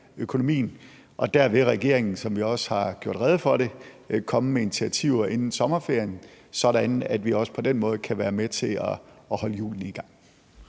økonomien. Regeringen vil, som vi også har gjort rede for, komme med initiativer inden sommerferien, sådan at vi også på den måde kan være med til at holde hjulene i gang.